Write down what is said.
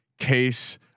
Case